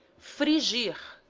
frigir,